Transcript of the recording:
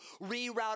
reroute